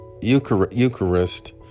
Eucharist